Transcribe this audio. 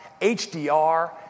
HDR